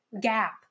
gap